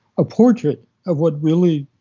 a portrait of what really